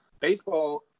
Baseball